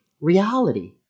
reality